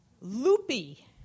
loopy